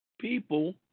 People